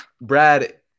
Brad